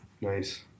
Nice